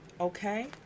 okay